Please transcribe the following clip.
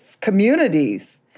communities